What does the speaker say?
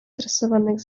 tresowanych